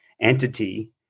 entity